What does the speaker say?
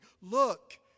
look